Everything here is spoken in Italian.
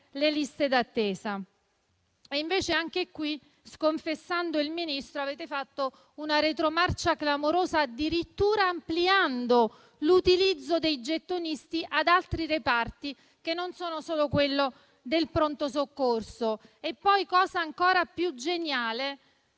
le Regioni a farlo. Invece anche qui, sconfessando il Ministro, avete fatto una retromarcia clamorosa, addirittura ampliando l'utilizzo dei gettonisti ad altri reparti, non solo a quello del pronto soccorso, e poi, ancora più geniale,